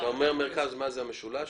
כשאתה אומר מרכז, זה בעיקר המשולש?